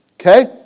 Okay